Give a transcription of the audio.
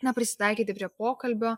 na prisitaikyti prie pokalbio